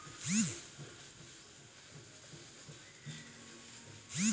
कृषि म उपयोग होय वाला रसायन बिभिन्न श्रेणी म विभक्त छै